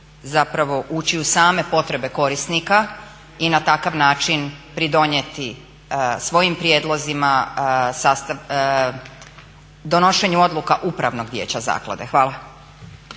mogli ući u same potrebe korisnika i na takav način pridonijeti svojim prijedlozima donošenju odluka upravnog vijeća zaklade. Hvala.